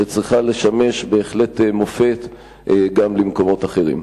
שצריכה לשמש בהחלט מופת גם למקומות אחרים.